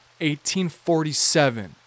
1847